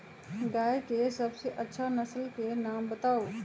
गाय के सबसे अच्छा नसल के नाम बताऊ?